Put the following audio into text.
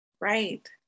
Right